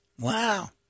Wow